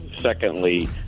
Secondly